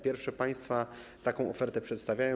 Pierwsze państwa taką ofertę już przedstawiają.